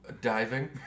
Diving